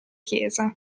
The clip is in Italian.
chiesa